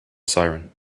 siren